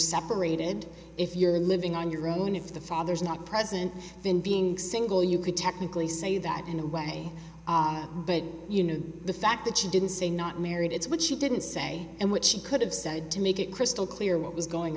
separated if you're living on your own if the father is not present in being single you could technically say that in a way but you know the fact that she didn't say not married it's what she didn't say and what she could have said to make it crystal clear what was going